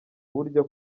burya